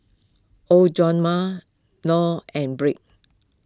oh john ma Noe and brake